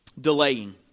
Delaying